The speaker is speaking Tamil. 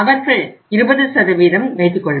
அவர்கள் 20 வைத்துக்கொள்வர்